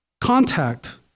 contact